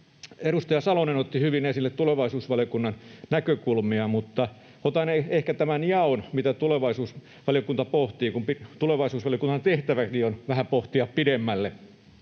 edustaja Salonen otti hyvin esille tulevaisuusvaliokunnan näkökulmia, mutta otan ehkä tämän jaon, mitä tulevaisuusvaliokunta pohtii, kun tulevaisuusvaliokunnan tehtäväkin on pohtia vähän pidemmälle.